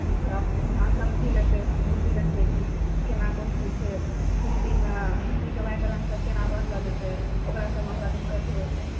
कि थोड़ा यहाँ समझि लेतै बुझि लेतै कि कोना कौन चीज छै हिन्दीमे हिन्दीके व्याकरणके कोना पढ़ल जेतै ओकरा सबमे ओकरा दिक्कत होइ छै